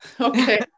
okay